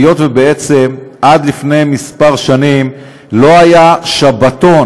היות שבעצם עד לפני כמה שנים לא היה שבתון